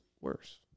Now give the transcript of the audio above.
worse